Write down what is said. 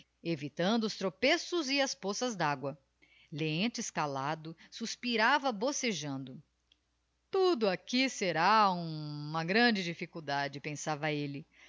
evitando os tropeços e as poças d'agua lentz calado suspirava bocejando tudo aqui será uma grande dilficuldade pensava elle